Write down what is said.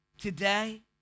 Today